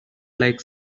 like